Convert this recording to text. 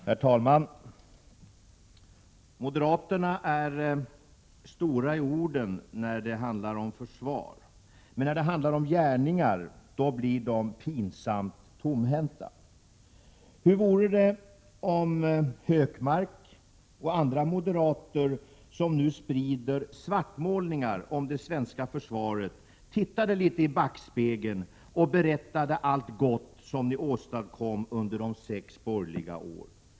Herr talman! Moderaterna är stora i orden när det handlar om försvar, men när det handlar om gärningar blir de pinsamt tomhänta. Hur vore det om Hökmark och andra moderater, som nu sprider svartmålningar om det svenska försvaret, tittade litet i backspegeln och berättade om allt gott som de åstadkom under de sex borgerliga åren?